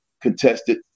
contested